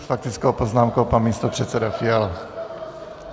S faktickou poznámkou pan místopředseda Fiala.